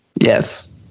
Yes